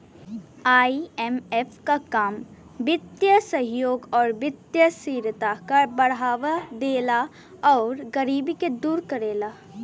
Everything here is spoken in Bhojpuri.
आई.एम.एफ क काम वित्तीय सहयोग आउर वित्तीय स्थिरता क बढ़ावा देला आउर गरीबी के दूर करेला